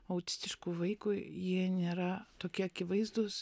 autistiškui vaikui jie nėra tokie akivaizdūs